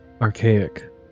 archaic